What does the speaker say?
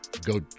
Go